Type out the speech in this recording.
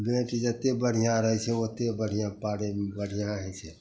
बेण्ट जते बढ़िआँ रहय छै ओते बढ़िआँ पारयमे बढ़िआँ होइ छै